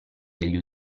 degli